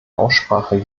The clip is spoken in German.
aussprache